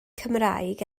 cymraeg